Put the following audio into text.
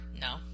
no